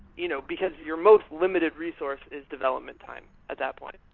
you know because your most limited resource is development time at that point.